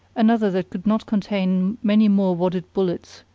another that could not contain many more wadded-bullets,